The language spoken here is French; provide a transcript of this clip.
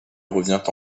revient